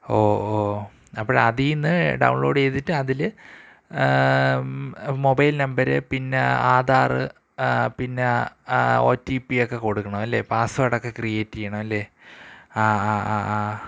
ഓ ഓ അപ്പോള് അതില്നിന്ന് ഡൗൺലോഡെയ്തിട്ട് അതില് മൊബൈൽ നമ്പര് പിന്നെ ആധാര് പിന്നെ ഒ ടി പി ഒക്കെ കൊടുക്കണം അല്ലേ പാസ്സ്വേർഡൊക്കെ ക്രിയേറ്റെയ്യണം അല്ലേ ആ ആ ആ ആ